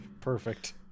Perfect